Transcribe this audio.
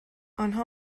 آنها